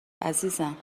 عزیزم